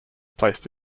placed